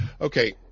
Okay